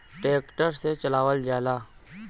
tractor से चलावल जाला